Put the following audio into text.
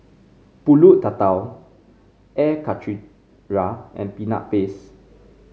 pulut Tatal Air Karthira and Peanut Base